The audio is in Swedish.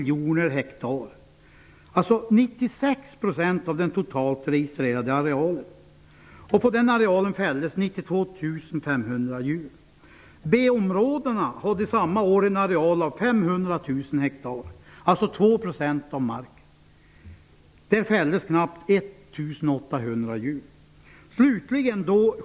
Jag tror att det även fortsättningsvis måste vara rättesnöret i den här frågan. 500 000 hektar, dvs. 2 % av marken. Där fälldes knappt 1 800 djur.